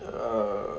err